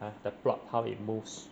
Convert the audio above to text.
!huh! the plot how it moves